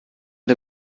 der